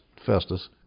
Festus